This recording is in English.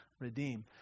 Redeem